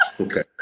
Okay